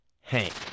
Hank